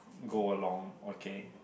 go along okay